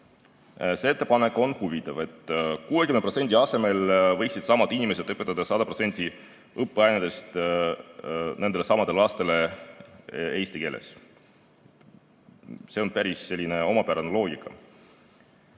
See ettepanek on huvitav, et 60% asemel võiksid samad inimesed õpetada 100% õppeainetest nendelesamadele lastele eesti keeles. See on päris omapärane loogika. Aga